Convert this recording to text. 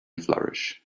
flourish